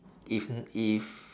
if if